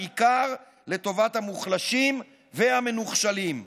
בעיקר לטובת המוחלשים והמנוחשלים.